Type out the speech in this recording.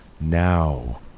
now